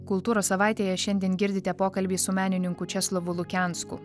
kultūros savaitėje šiandien girdite pokalbį su menininku česlovu lukensku